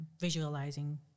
visualizing